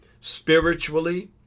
spiritually